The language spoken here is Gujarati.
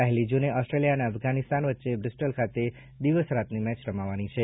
પહેલી જૂને ઓસ્ટ્રેલિયા અને અફઘાનિસ્તાન વચ્ચે બ્રિસ્ટલ ખાતે દિવસ રાતની મેચ રમાવાની છે